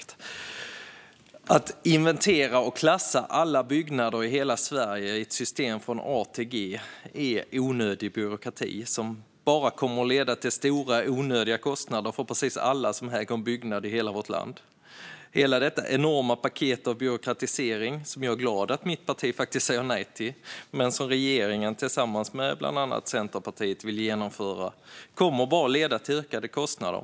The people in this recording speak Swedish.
Att inventera och klassa alla byggnader i hela Sverige i ett system från A till G är onödig byråkrati som bara kommer att leda till stora och onödiga kostnader för precis alla som äger en byggnad i vårt land. Hela detta enorma paket av byråkratisering, som jag är glad över att mitt parti faktiskt säger nej till, men som regeringen tillsammans med bland annat Centerpartiet vill genomföra, kommer bara att leda till ökade kostnader.